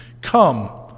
Come